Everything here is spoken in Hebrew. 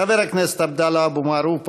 חבר הכנסת עבדאללה אבו מערוף,